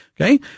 Okay